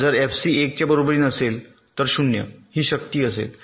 जर एफसी 1 च्या बरोबरीने असेल तर 0 1 ही शक्ती असेल